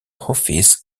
office